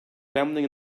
gambling